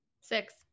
Six